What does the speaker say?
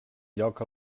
lloc